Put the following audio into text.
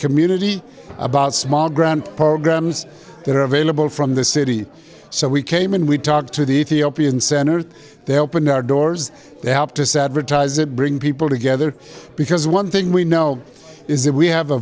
community about small grant programs that are available from the city so we came in we talked to the ethiopian center they opened our doors they helped us advertise it bring people together because one thing we know is that we have a